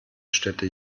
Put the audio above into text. städte